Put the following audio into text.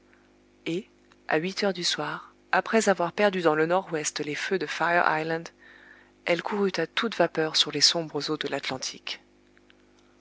et à huit heures du soir après avoir perdu dans le nord-ouest les feux de fire lsland elle courut à toute vapeur sur les sombres eaux de l'atlantique